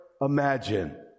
imagine